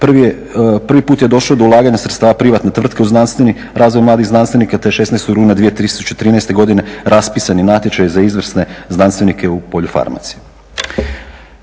Prvi put je došlo do ulaganja sredstava privatne tvrtke u znanstveni, razvoj mladih znanstvenika te 16. rujna 2013. godine raspisan je natječaj za izvrsne znanstvenike u poljofarmaciji.